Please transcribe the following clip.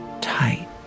tight